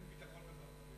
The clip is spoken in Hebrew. אין ביטחון בכך.